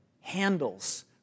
handles